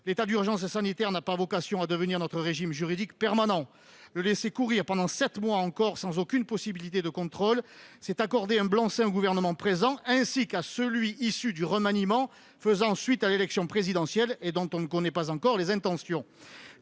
L'état d'urgence sanitaire n'a pas vocation à devenir notre régime juridique permanent. Le laisser courir pendant sept mois encore, sans aucune possibilité de contrôle, c'est accorder un blanc-seing à l'actuel gouvernement, ainsi qu'à celui qui sera constitué après l'élection présidentielle et dont on ne connaît pas encore les intentions.